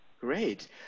Great